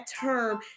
term